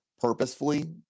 purposefully